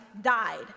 died